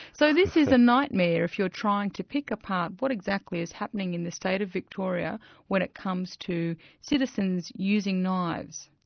so this is a nightmare, if you're trying to pick apart what exactly is happening in the state of victoria when it comes to citizens using knives.